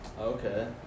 Okay